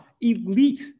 elite